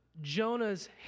Jonah's